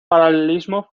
paralelismo